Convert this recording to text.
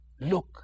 Look